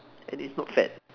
and it's not fat